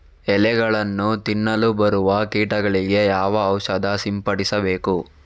ಎಲೆಗಳನ್ನು ತಿನ್ನಲು ಬರುವ ಕೀಟಗಳಿಗೆ ಯಾವ ಔಷಧ ಸಿಂಪಡಿಸಬೇಕು?